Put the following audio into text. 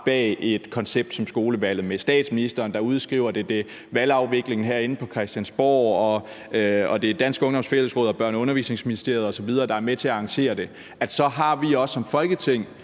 bag et koncept som skolevalget – det er statsministeren, der udskriver det, det er valgafviklingen herinde på Christiansborg, og det er Dansk Ungdoms Fællesråd og Børne- og Undervisningsministeriet osv., der er med til at arrangere det – har vi som Folketing